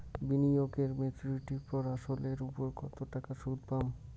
বিনিয়োগ এ মেচুরিটির পর আসল এর উপর কতো টাকা সুদ পাম?